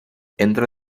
entra